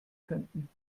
könnten